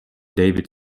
david